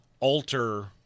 Alter